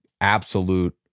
absolute